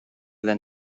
than